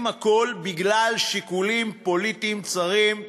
הכול בגלל שיקולים פוליטיים צרים.